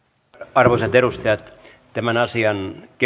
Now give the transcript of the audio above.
arvoisat edustajat tämän asian